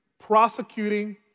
prosecuting